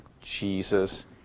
Jesus